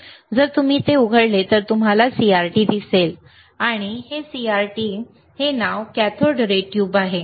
जर तुम्ही ते उघडले तर तुम्हाला CRT दिसेल आणि CRT हे नाव कॅथोड रे ट्यूब आहे